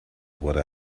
what